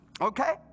Okay